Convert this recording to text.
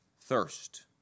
thirst